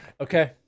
Okay